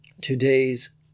Today's